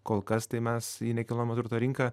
kol kas tai mes į nekilnojamo turto rinką